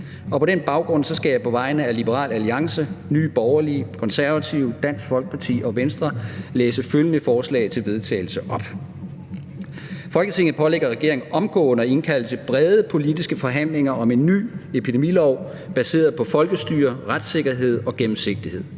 på den baggrund skal jeg på vegne af Liberal Alliance, Nye Borgerlige, Konservative, Dansk Folkeparti og Venstre læse følgende forslag til vedtagelse op: Forslag til vedtagelse »Folketinget pålægger regeringen omgående at indkalde til brede politiske forhandlinger om en ny epidemilov baseret på folkestyre, retssikkerhed og gennemsigtighed.